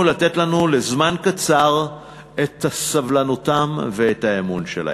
לתת לנו לזמן קצר את סבלנותם ואת האמון שלהם.